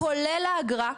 כולל האגרה,